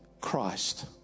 Christ